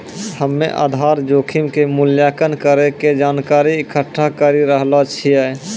हम्मेआधार जोखिम के मूल्यांकन करै के जानकारी इकट्ठा करी रहलो छिऐ